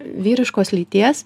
vyriškos lyties